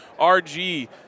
RG